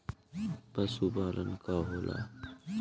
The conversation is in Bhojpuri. पशुपलन का होला?